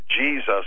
Jesus